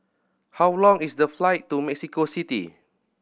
how long is the flight to Mexico City